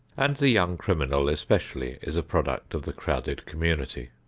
and the young criminal especially is a product of the crowded community.